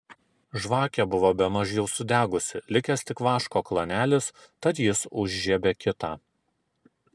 žvakė buvo bemaž jau sudegusi likęs tik vaško klanelis tad jis užžiebė kitą